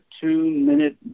two-minute